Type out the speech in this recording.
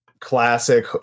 classic